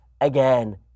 again